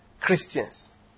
Christians